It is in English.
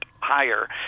higher